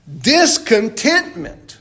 discontentment